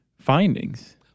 findings